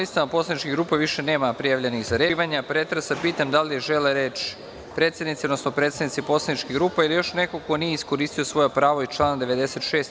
Pošto na listi poslaničkih grupa više nema prijavljenih za reč, pre zaključivanja pretresa pitam da li žele reč predsednici, odnosno predstavnici poslaničkih grupa ili još neko ko nije iskoristio svoje pravo iz člana 96.